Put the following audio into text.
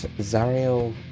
Zariel